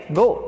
go